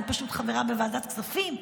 אני פשוט חברה בוועדת הכספים,